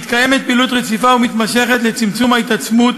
מתקיימת פעילות רציפה ומתמשכת לצמצום ההתעצמות